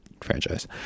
franchise